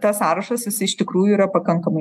tas sąrašas jis iš tikrųjų yra pakankamai